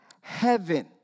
Heaven